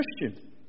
Christian